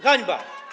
Hańba!